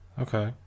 Okay